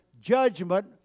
judgment